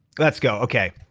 let's go, okay.